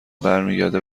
برمیگرده